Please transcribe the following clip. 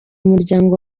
umuryango